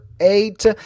eight